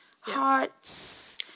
Hearts